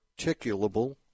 articulable